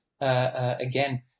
Again